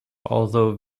although